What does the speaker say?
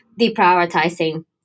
deprioritizing